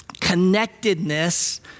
connectedness